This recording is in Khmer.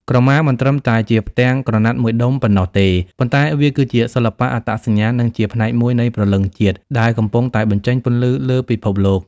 ក្រមាមិនត្រឹមតែជាផ្ទាំងក្រណាត់មួយដុំប៉ុណ្ណោះទេ ប៉ុន្តែវាគឺជាសិល្បៈ អត្តសញ្ញាណ និងជាផ្នែកមួយនៃព្រលឹងជាតិ ដែលកំពុងតែបញ្ចេញពន្លឺលើពិភពលោក។